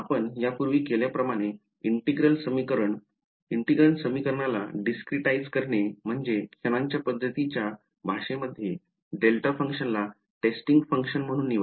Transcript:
आपण यापूर्वी केल्या प्रमाणे integral समीकरण ला discretize करणे म्हणजे क्षणांच्या पध्दतीच्या भाषेमध्ये डेल्टा फंक्शन ला टेस्टिंग फंक्शन म्हणून निवडणे